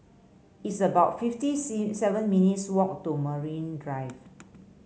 it's about fifty C seven minutes' walk to Marine Drive